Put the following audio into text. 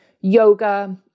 yoga